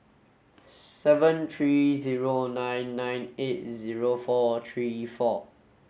seven three zero nine nine eight zero four three four